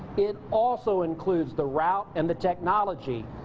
it also includes the route and the technology.